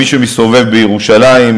מי שמסתובב בירושלים,